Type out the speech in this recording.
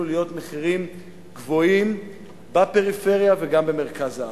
להיות גבוהים בפריפריה וגם במרכז הארץ.